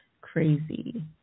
crazy